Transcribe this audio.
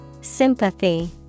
Sympathy